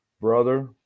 brother